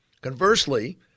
Conversely